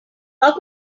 how